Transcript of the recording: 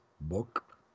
book